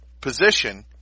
position